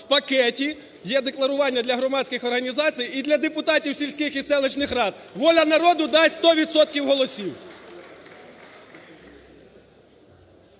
в пакеті: е-декларування для громадських організацій і для депутатів сільських і селищних рад. "Воля народу" дасть 100 відсотків